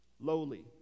lowly